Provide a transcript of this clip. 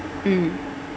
mm